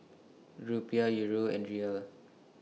Rupiah Euro and Riyal